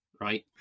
right